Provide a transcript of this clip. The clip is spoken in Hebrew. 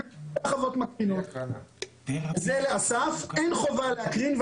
אז אסף, אין חובה להקרין.